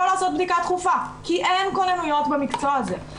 לעשות בדיקה דחופה כי אין כונניות במקצוע הזה,